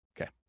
Okay